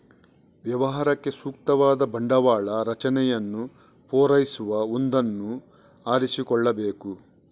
ವ್ಯವಹಾರಕ್ಕೆ ಸೂಕ್ತವಾದ ಬಂಡವಾಳ ರಚನೆಯನ್ನು ಪೂರೈಸುವ ಒಂದನ್ನು ಆರಿಸಿಕೊಳ್ಳಬೇಕು